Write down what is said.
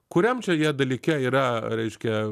kuriam čia jie dalyke yra reiškia